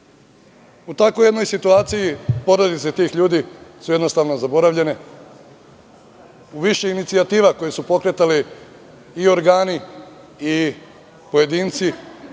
takvoj jednoj situaciji, porodice tih ljudi su jednostavno zaboravljene. U više inicijativa koje su pokretali i organi i pojedinci